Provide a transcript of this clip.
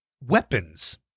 weapons